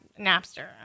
Napster